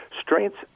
strengths